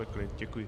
Děkuji.